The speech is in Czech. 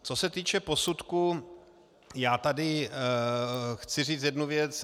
Co se týče posudku, já tady chci říci jednu věc.